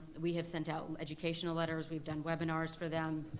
we have sent out educational letters, we've done webinars for them.